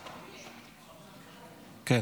כן.